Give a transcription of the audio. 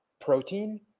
protein